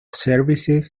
services